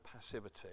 passivity